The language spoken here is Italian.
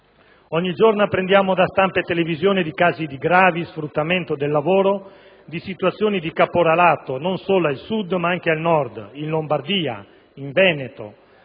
ogni giorno apprendiamo da stampa e televisioni di casi di gravi sfruttamenti del lavoro, di situazioni di caporalato, non solo al Sud ma anche al Nord (in Lombardia e in Veneto).